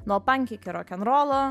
nuo pank iki rokenrolo